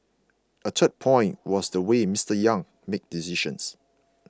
a third point was the way Mister Yang made decisions